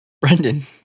Brendan